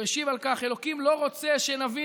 הוא השיב על כך: אלוקים לא רוצה שנבין